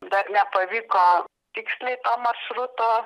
dar nepavyko tiksliai to maršruto